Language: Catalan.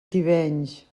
tivenys